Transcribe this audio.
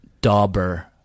dauber